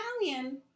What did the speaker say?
Italian